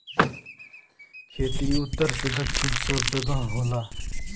खेती उत्तर से दक्खिन सब जगह होला